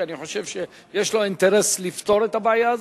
שאני חושב שיש לו אינטרס לפתור את הבעיה הזאת,